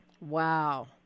wow